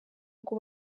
ngo